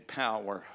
power